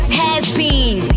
has-been